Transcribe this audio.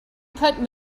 put